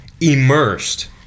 immersed